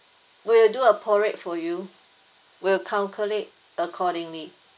we will do a parade for you we'll calculate accordingly